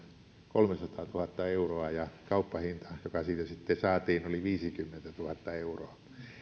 kolmesataatuhatta euroa ja kauppahinta joka siitä sitten saatiin oli viisikymmentätuhatta euroa